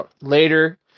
later